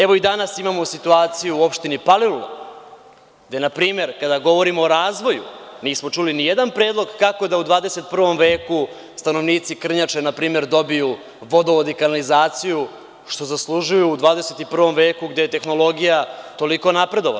Evo, i danas imamo situaciju, na primer, u opštini Palilula, gde kada govorimo o razvoju nismo čuli nijedan predlog kako da u 21. veku stanovnici Krnjače dobiju vodovod i kanalizaciju, što zaslužuju u 21. veku gde je tehnologija toliko napredovala.